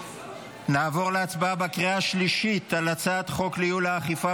נעבור להצבעה בקריאה השלישית על הצעת חוק לייעול האכיפה